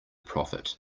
prophet